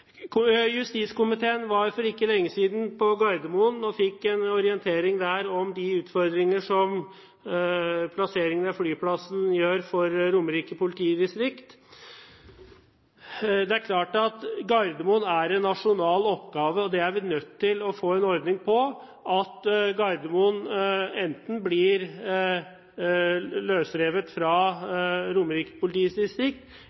Justiskomiteen var for ikke lenge siden på Gardermoen og fikk en orientering om de utfordringer som plasseringen av flyplassen utgjør for Romerike politidistrikt. Det er klart at Gardermoen er en nasjonal oppgave. Det er vi nødt til å få en ordning på – at Gardermoen enten blir løsrevet fra